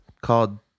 called